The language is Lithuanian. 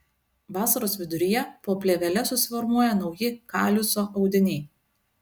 vasaros viduryje po plėvele susiformuoja nauji kaliuso audiniai